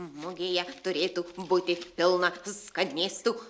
mugėje turėtų būti pilna skanėstų